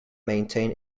maintain